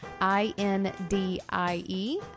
I-N-D-I-E